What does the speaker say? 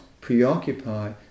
preoccupy